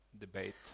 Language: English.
Debate